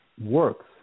works